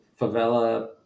favela